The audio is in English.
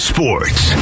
Sports